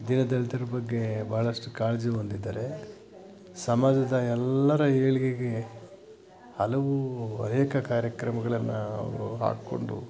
ದೀನ ದಲಿತರ ಬಗ್ಗೆ ಬಹಳಷ್ಟು ಕಾಳಜಿ ಹೊಂದಿದ್ದಾರೆ ಸಮಾಜದ ಎಲ್ಲರ ಏಳಿಗೆಗೆ ಹಲವು ಅನೇಕ ಕಾರ್ಯಕ್ರಮಗಳನ್ನು ಅವರು ಹಾಕಿಕೊಂಡು